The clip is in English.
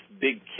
big